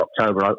October